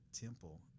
temple